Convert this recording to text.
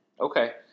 Okay